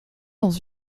dans